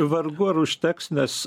vargu ar užteks nes